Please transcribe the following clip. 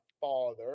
father